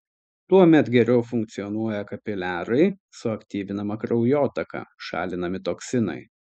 tuomet geriau funkcionuoja kapiliarai suaktyvinama kraujotaka šalinami toksinai